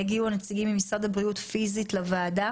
הנציגים של משרד הבריאות יגיעו פיזית לוועדה.